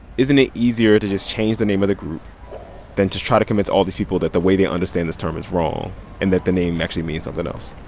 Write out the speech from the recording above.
isn't it easier to just change the name of the group than to try to convince all these people that the way they understand this term is wrong and that the name actually means something else?